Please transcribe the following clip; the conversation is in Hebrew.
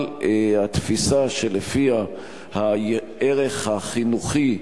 אבל התפיסה שלפיה הערך החינוכי,